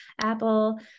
Apple